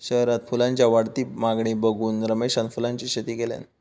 शहरात फुलांच्या वाढती मागणी बघून रमेशान फुलांची शेती केल्यान